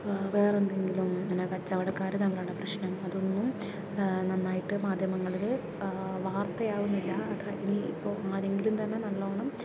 വേറെന്തെങ്കിലും ഇങ്ങനെ കച്ചവടക്കാർ തമ്മിലുള്ള പ്രശ്നം അതൊന്നും നന്നായിട്ട് മാധ്യമങ്ങളിൽ വാർത്തയാവുന്നില്ല അത് ഇനിയിപ്പോൾ ആരെങ്കിലും തന്നെ നല്ലോണം